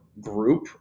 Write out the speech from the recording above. group